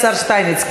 השר שטייניץ,